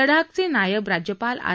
लडाखचे नायब राज्यपाल आर